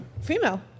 female